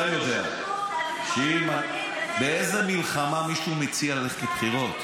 אתה יודע באיזו מלחמה מישהו מציע ללכת לבחירות?